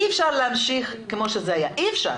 אי אפשר להמשיך כמו שזה, אי אפשר.